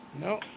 No